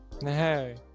Hey